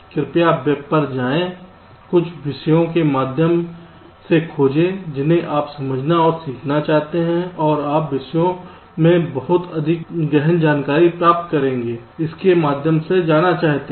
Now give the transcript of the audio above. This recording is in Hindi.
कृपया वेब पर जाएं उन विषयों के माध्यम से खोजें जिन्हें आप समझना और सीखना चाहते हैं और आप विषयों में बहुत अधिक गहन जानकारी प्राप्त करेंगे उनके माध्यम से जाना चाहते हैं